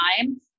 time